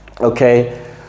okay